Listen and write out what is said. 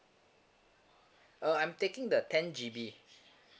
uh I'm taking the ten G B